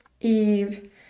eve